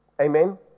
Amen